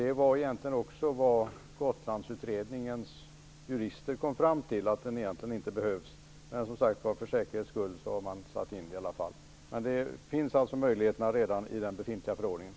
Det var egentligen också vad Gotlandsutredningens jurister kom fram till. Den behövs egentligen inte. Men för säkerhets skull har man satt in den i alla fall. Men möjligheterna finns alltså redan i den befintliga förordningen.